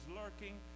lurking